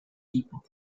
tipo